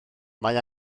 mae